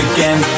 Again